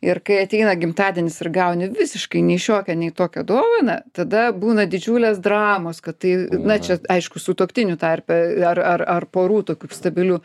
ir kai ateina gimtadienis ir gauni visiškai nei šiokią nei tokią dovaną tada būna didžiulės dramos kad tai na čia aišku sutuoktinių tarpe ar ar ar porų tokių stabilių